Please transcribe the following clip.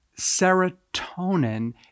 serotonin